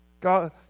God